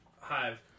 Hive